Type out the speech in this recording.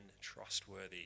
trustworthy